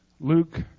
Luke